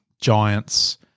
Giants